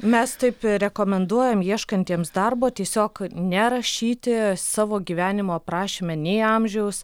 mes taip rekomenduojam ieškantiems darbo tiesiog nerašyti savo gyvenimo aprašyme nei amžiaus